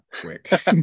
quick